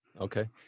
Okay